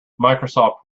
microsoft